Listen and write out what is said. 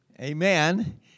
Amen